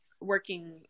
working